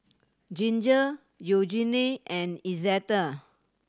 Ginger Eugene and Izetta